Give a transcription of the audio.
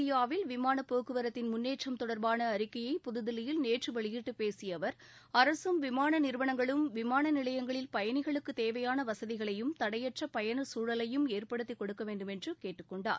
இந்தியாவில் விமான போக்குவரத்தின் முன்னேற்றம் தொடர்பான அறிக்கையை புதுதில்லியில் நேற்று வெளியிட்டு பேசிய அவர் அரசும் விமான நிறுவனங்களும் விமான நிலையங்களில் பயணிகளுக்கு தேவையான வசதிகளையும் தடையற்ற பயண சூழலையும் ஏற்படுத்தி கொடுக்க வேண்டும் என்றும் கேட்டுக் கொண்டார்